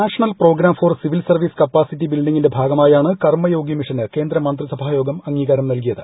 national programme for civil service capacity ബിൽഡിങ്ങിന്റെ ഭാഗമായാണ് കർമയോഗി മിഷന് കേന്ദ്ര മന്ത്രിസഭായോഗം അംഗീകാരം നൽകിയത്